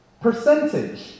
Percentage